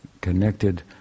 connected